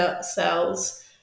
cells